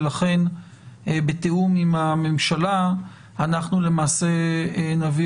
ולכן בתיאום עם הממשלה אנחנו למעשה נביא